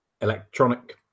electronic